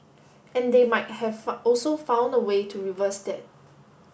and they might have also found a way to reverse that